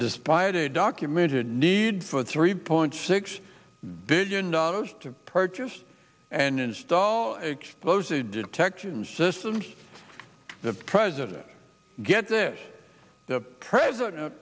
despite a documented need for three point six billion dollars to purchase and install explosive detection systems the president get this the